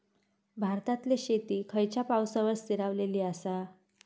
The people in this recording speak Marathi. भारतातले शेती खयच्या पावसावर स्थिरावलेली आसा?